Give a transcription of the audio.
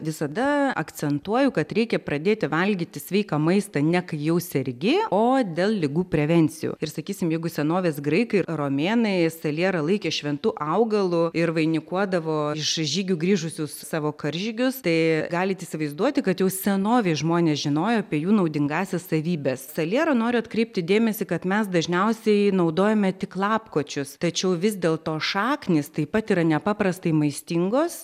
visada akcentuoju kad reikia pradėti valgyti sveiką maistą nek jau sergi o dėl ligų prevencijų ir sakysim jeigu senovės graikai romėnai salierą laikė šventu augalu ir vainikuodavo iš žygių grįžusius savo karžygius tai galit įsivaizduoti kad jau senovėj žmonės žinojo apie jų naudingąsias savybes saliero noriu atkreipti dėmesį kad mes dažniausiai naudojame tik lapkočius tačiau vis dėlto šaknys taip pat yra nepaprastai maistingos